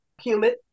humid